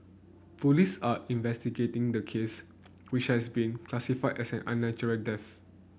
police are investigating the case which has been classified as an unnatural death